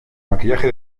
maquillaje